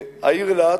העיר אילת,